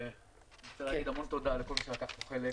אני רוצה להגיד תודה לכל מי שלקח חלק